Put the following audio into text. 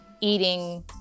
eating